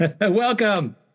Welcome